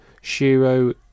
Shiro